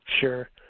Sure